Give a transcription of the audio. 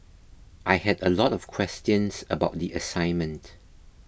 I had a lot of questions about the assignment